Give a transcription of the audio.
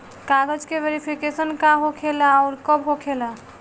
कागज के वेरिफिकेशन का हो खेला आउर कब होखेला?